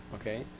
Okay